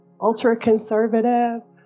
ultra-conservative